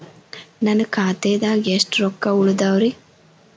ನನ್ನ ಖಾತೆದಾಗ ಎಷ್ಟ ರೊಕ್ಕಾ ಉಳದಾವ್ರಿ?